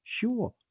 Sure